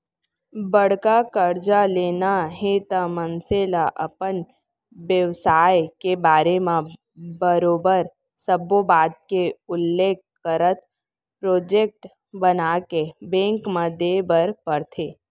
बड़का करजा लेना हे त मनसे ल अपन बेवसाय के बारे म बरोबर सब्बो बात के उल्लेख करत प्रोजेक्ट बनाके बेंक म देय बर परथे